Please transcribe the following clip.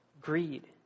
greed